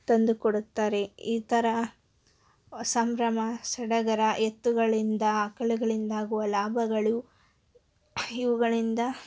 ತಂದುಕೊಡುತ್ತಾರೆ ಈ ಥರ ಸಂಭ್ರಮ ಸಡಗರ ಎತ್ತುಗಳಿಂದ ಆಕಳುಗಳಿಂದ ಆಗುವ ಲಾಭಗಳು ಇವುಗಳಿಂದ